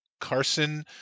Carson